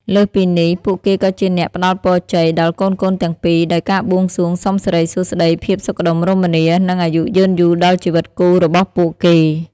លើសពីនេះ ពួកគេក៏ជាអ្នក ផ្ដល់ពរជ័យ ដល់កូនៗទាំងពីរ ដោយការបួងសួងសុំសិរីសួស្ដី ភាពសុខដុមរមនា និងអាយុយឺនយូរដល់ជីវិតគូរបស់ពួកគេ។